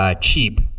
Cheap